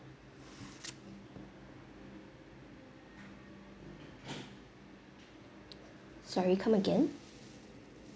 sorry come again